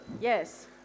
Yes